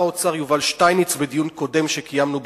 האוצר יובל שטייניץ בדיון קודם שקיימנו בנושא: